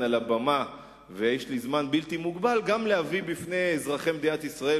על הבמה ויש לי זמן בלתי מוגבל גם להביא בפני אזרחי מדינת ישראל,